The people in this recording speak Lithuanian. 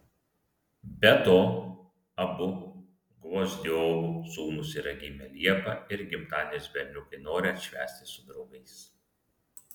be to abu gvozdiovų sūnus yra gimę liepą ir gimtadienius berniukai nori atšvęsti su draugais